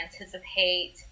anticipate